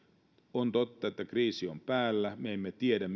on totta että kriisi on päällä ja me emme tiedä